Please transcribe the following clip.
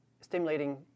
stimulating